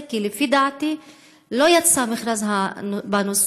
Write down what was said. כי לפי דעתי לא יצא מכרז בנושא,